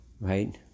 right